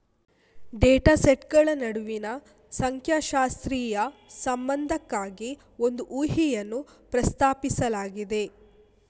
data ಸೆಟ್ಗಳ ನಡುವಿನ ಸಂಖ್ಯಾಶಾಸ್ತ್ರೀಯ ಸಂಬಂಧಕ್ಕಾಗಿ ಒಂದು ಊಹೆಯನ್ನು ಪ್ರಸ್ತಾಪಿಸಲಾಗಿದೆ